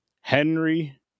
Henry